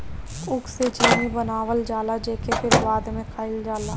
ऊख से चीनी बनावल जाला जेके फिर बाद में खाइल जाला